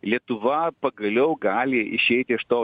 lietuva pagaliau gali išeiti iš to